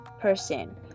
person